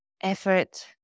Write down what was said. effort